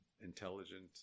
intelligent